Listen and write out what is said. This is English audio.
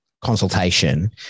consultation